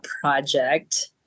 project